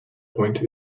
point